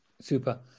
Super